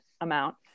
amount